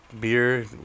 beer